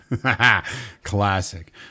classic